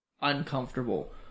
uncomfortable